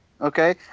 Okay